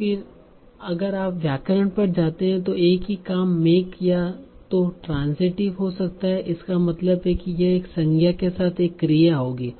फिर अगर आप व्याकरण पर जाते हैं तो एक ही काम मेक या तो ट्रांसीटीव हो सकता है इसका मतलब है कि यह एक संज्ञा के साथ एक क्रिया होगी